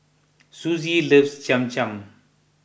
Suzie loves Cham Cham